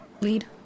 lead